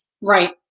Right